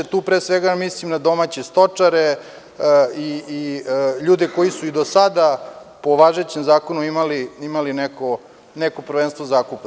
Tu pre svega mislim na domaće stočare i ljude koji su i do sada po važećem zakonu imali neko prvenstvo zakupa.